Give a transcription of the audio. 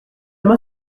main